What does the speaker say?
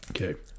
Okay